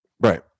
Right